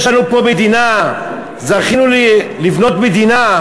יש לנו פה מדינה, זכינו לבנות מדינה,